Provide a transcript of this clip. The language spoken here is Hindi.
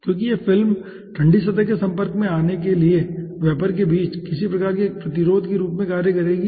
क्योंकि यह फिल्म ठंडी सतह के संपर्क में आने के लिए वेपर के बीच किसी प्रकार के प्रतिरोध के रूप में कार्य करेगी